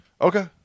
Okay